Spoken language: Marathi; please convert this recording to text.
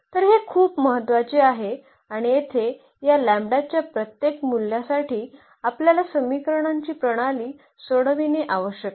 तर हे खूप महत्वाचे आहे आणि येथे या लॅम्बडाच्या प्रत्येक मूल्यासाठी आपल्याला समीकरणांची प्रणाली सोडविणे आवश्यक आहे